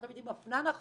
לא תמיד היא מפנה נכון,